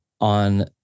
on